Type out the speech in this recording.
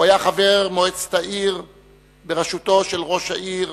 הוא היה חבר מועצת העיר בראשותו של ראש העיר